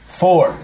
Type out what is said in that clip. four